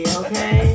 okay